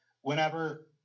whenever